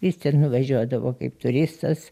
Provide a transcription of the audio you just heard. jis ten nuvažiuodavo kaip turistas